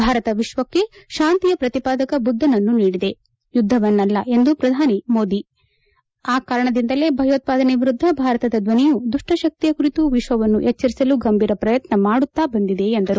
ಭಾರತ ವಿಶ್ವಕ್ಷೆ ಶಾಂತಿಯ ಪ್ರತಿಪಾದಕ ಬುಧ್ಧನನ್ನು ನೀಡಿದೆಯುಧ್ಧವನ್ನಲ್ಲ ಎಂದು ಪ್ರಧಾನಿ ನರೇಂದ್ರಮೋದಿ ಆ ಕಾರಣದಿಂದಲೇ ಭಯೋತ್ಪಾದನೆಯ ವಿರುದ್ಧ ಭಾರತದ ಧ್ವನಿಯು ದುಷ್ಟ ಶಕ್ತಿಯ ಕುರಿತು ವಿಶ್ವವನ್ನು ಎಚ್ಚರಿಸಲು ಗಂಭೀರ ಪ್ರಯತ್ನ ಮಾಡುತ್ತಾ ಬಂದಿದೆ ಎಂದರು